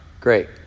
great